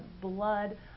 blood